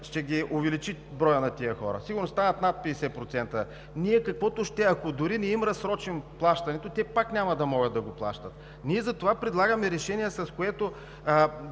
ще се увеличи броят на тези хора. Сигурно ще станат над 50%. Ние, дори ако не им разсрочим плащането, те пак няма да могат да го плащат. Затова предлагаме решение, с което